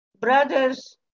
brothers